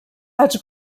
els